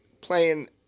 playing